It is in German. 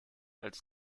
als